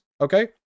Okay